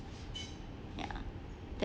ya that's